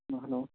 hello